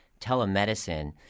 Telemedicine